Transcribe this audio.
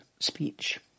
speech